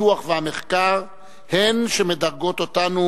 הפיתוח והמחקר הן שמשדרגות אותנו,